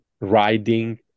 riding